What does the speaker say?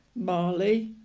marley,